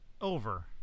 Over